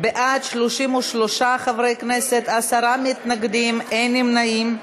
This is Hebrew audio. בעד, 33 חברי כנסת, עשרה מתנגדים, אין נמנעים.